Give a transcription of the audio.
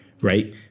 right